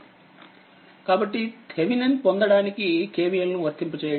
కాబట్టి థేవినన్ పొందడానికిKVL నివర్తింప చేయండి